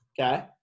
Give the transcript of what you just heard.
Okay